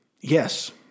Yes